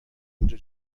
اینجا